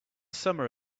summer